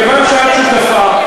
כיוון שאת שותפה,